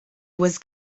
was